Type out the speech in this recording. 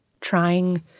trying